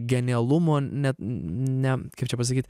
genialumo net ne kaip čia pasakyt